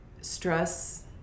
stress